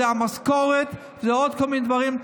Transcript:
זו המשכורת ועוד כל מיני דברים,